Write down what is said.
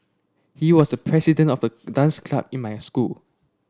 he was the president of the dance club in my school